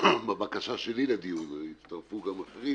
בבקשה שלי לדיון והצטרפו גם אחרים